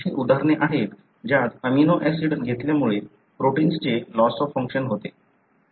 अशी उदाहरणे आहेत ज्यात अमिनो ऍसिड घेतल्यामुळे प्रोटिन्सचे लॉस ऑफ फंक्शन होते